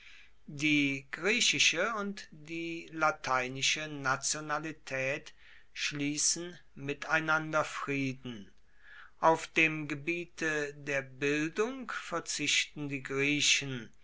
die griechische und die lateinische nationalität schließen miteinander frieden auf dem gebiete der bildung verzichten die griechen